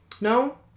No